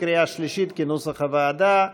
בקריאה שלישית, כנוסח הוועדה.